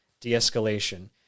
de-escalation